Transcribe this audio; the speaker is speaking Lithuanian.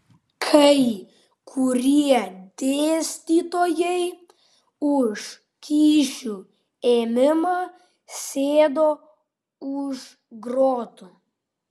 kai kurie dėstytojai už kyšių ėmimą sėdo už grotų